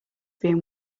being